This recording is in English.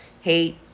hate